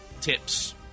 tips